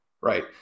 Right